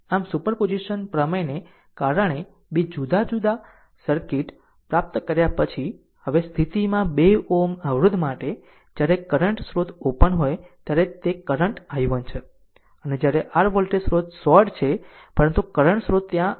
આમ સુપરપોઝિશન પ્રમેયને કારણે આ 2 જુદા જુદા સર્કિટ પ્રાપ્ત કર્યા પછી હવે આ સ્થિતિમાં 2 Ω અવરોધ માટે જ્યારે કરંટ સ્રોત ઓપન હોય ત્યારે તે કરંટ i1 છે અને જ્યારે r વોલ્ટેજ સ્રોત શોર્ટ છે પરંતુ કરંટ સ્રોત ત્યાં i3 છે